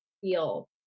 feel